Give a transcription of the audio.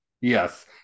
yes